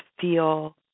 feel